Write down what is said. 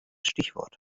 stichwort